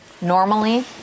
normally